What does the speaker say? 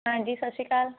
ਹਾਂਜੀ ਸਤਿ ਸ਼੍ਰੀ ਅਕਾਲ